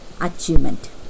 achievement